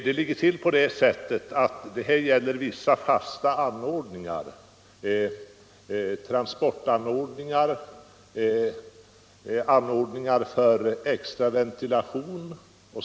Där gäller det vissa fasta transportanordningar och anordningar för extra ventilation m.m.